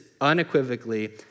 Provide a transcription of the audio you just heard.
unequivocally